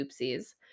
oopsies